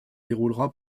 déroulera